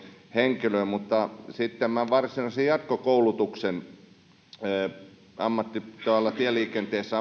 henkilöä mutta varsinaisen jatkokoulutuksen ammattipätevyydestä tieliikenteessä